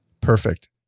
Perfect